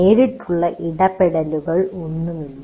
നേരിട്ടുള്ള ഇടപെടലുകളൊന്നുമില്ല